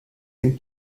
den